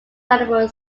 available